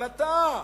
אבל אתה,